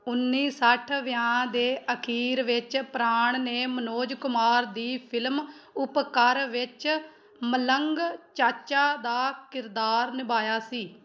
ਉੱਨੀ ਸੱਠ ਵਿਆਂ ਦੇ ਅਖੀਰ ਵਿੱਚ ਪ੍ਰਾਣ ਨੇ ਮਨੋਜ ਕੁਮਾਰ ਦੀ ਫਿਲਮ ਉਪਕਰ ਵਿੱਚ ਮਲੰਗ ਚਾਚਾ ਦਾ ਕਿਰਦਾਰ ਨਿਭਾਇਆ ਸੀ